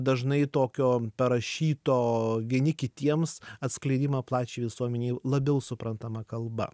dažnai tokio parašyto vieni kitiems atskleidimą plačiai visuomenei labiau suprantama kalba